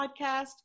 podcast